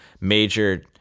major